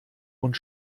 und